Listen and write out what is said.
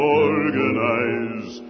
organize